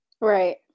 Right